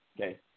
Okay